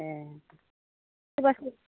एह बिदिबासो